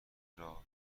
دشوار